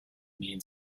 mean